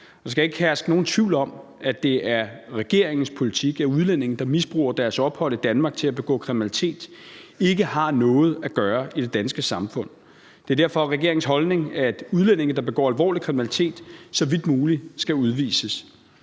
Der skal ikke herske nogen tvivl om, at det er regeringens politik, at udlændinge, der misbruger deres ophold i Danmark til at begå kriminalitet, ikke har noget at gøre i det danske samfund. Det er derfor regeringens holdning, at udlændinge, der begår alvorlig kriminalitet, så vidt muligt skal udvises.